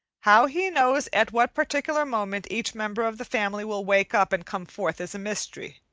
how he knows at what particular moment each member of the family will wake up and come forth is a mystery,